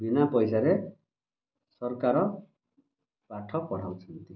ବିନା ପଇସାରେ ସରକାର ପାଠ ପଢ଼ାଉଛନ୍ତି